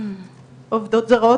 עובדות זרות,